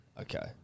Okay